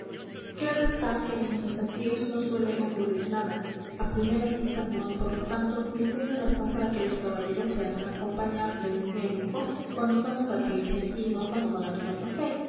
claro está que en los desafíos no suele ocurrir nada a primera vista no hay por lo tanto ninguna razón para que los caballeros se hagan acompañar de un médico cuando van a batirse y no cuando van a tomar café